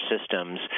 systems